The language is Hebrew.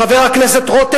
חבר הכנסת רותם,